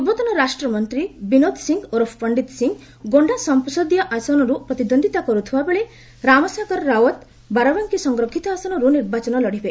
ପୂର୍ବତନ ରାଷ୍ଟ୍ରମନ୍ତ୍ରୀ ବିନୋଦ ସିଂ ଓରଫ ପଣ୍ଡିତ ସିଂ ଗୋଣ୍ଡା ସଂସଦୀୟ ଆସନରୁ ପ୍ରତିଦ୍ୱନ୍ଦିତା କରୁଥିବାବେଳେ ରାମସାଗର ରାଓ୍ୱତ ବାରବାଙ୍କୀ ସଂରକ୍ଷିତ ଆସନରୁ ନିର୍ବାଚନ ଲଢିବେ